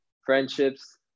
Friendships